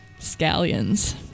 scallions